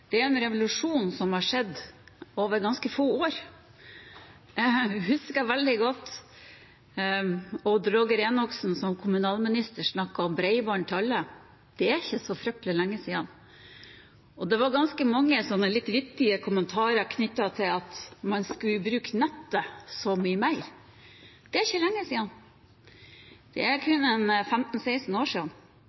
det er en revolusjon som har skjedd over ganske få år. Jeg husker veldig godt at Odd Roger Enoksen som kommunalminister snakket om bredbånd til alle. Det er ikke så fryktelig lenge siden, og det var ganske mange litt vittige kommentarer knyttet til at man skulle bruke nettet så mye mer. Det er ikke lenge siden. Det er kun 15–16 år siden,